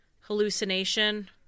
hallucination